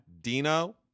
Dino